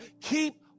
Keep